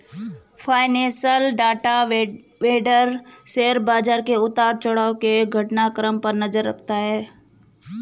financial data vendor share बाजार के उतार चढ़ाव के घटनाक्रम पर नजर रखता है